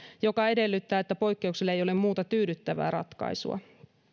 mikä edellyttää että poikkeuksille ei ole muuta tyydyttävää ratkaisua